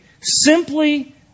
simply